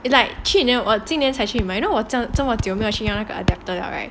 it's like 去年今年我才去买 you know 我这么久没有去用到那个 adapter 了 right